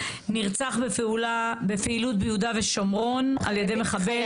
שנרצח בפעילות ביהודה ושומרון על ידי מחבל.